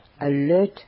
alert